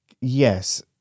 Yes